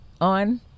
on